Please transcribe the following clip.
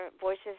voices